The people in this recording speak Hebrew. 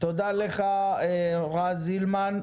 תודה לך, רז הילמן.